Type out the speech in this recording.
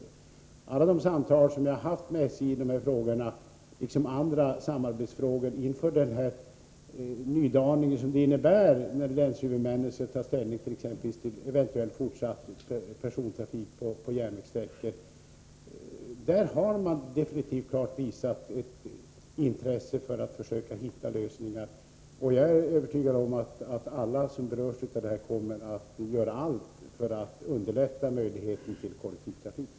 Vid alla de samtal jag har haft med SJ i de här frågorna, liksom i andra samarbetsfrågor inför den nydaning som det innebär att länshuvudmännen skall ta ställning till exempelvis eventuellt fortsatt persontrafik på järnvägssträckor, har SJ absolut visat ett klart intresse för att försöka hitta lösningar. Jag är övertygad om att alla som berörs av det här kommer att göra allt för att underlätta för kollektivtrafiken.